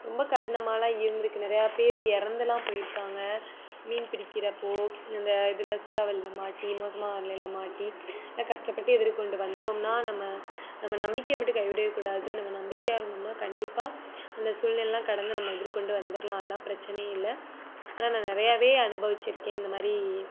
ரொம்ப கடினமாகலாம் இருந்திருக்கு நிறைய பேர் இறந்துலாம் போய்ருக்காங்க மீன் பிடிக்கிறப்போது இந்த இதில் சூறாவளியில் மாட்டி மோசமான வானிலையில் மாட்டி எல்லாம் கஷ்டப்பட்டு எதிர்கொண்டு வந்தோம்னா நம்ம நம்ம நம்பிக்கையை மட்டும் கைவிடவே கூடாது நம்ம நம்பிக்கையாக இருந்தோம்னா கண்டிப்பாக அந்த சூழ்நிலைலாம் கடந்து நம்ம எதிர்கொண்டு வந்துடலாம் அதெல்லாம் பிரச்சனையே இல்லை ஆனால் நான் நிறையவே அனுபவிச்சிருக்கேன் இந்தமாதிரி